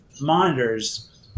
monitors